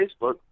Facebook